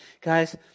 guys